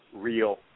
real